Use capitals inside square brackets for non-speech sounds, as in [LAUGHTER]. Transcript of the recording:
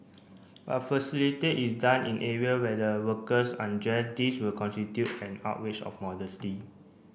but [UNINTELLIGIBLE] it done in area where the workers undresses this would constitute an outrage of modesty